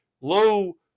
low